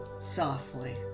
softly